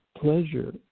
pleasure